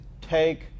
take